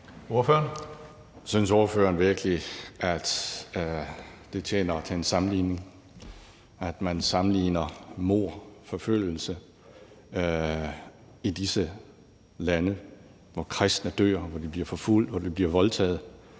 Ahrendtsen (DF): Synes spørgeren virkelig, at det er en tjenlig sammenligning, at man sammenligner mord og forfølgelse i disse lande, hvor kristne dør, hvor de bliver forfulgt, og hvor de bliver voldtaget,